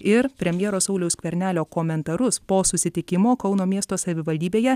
ir premjero sauliaus skvernelio komentarus po susitikimo kauno miesto savivaldybėje